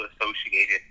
associated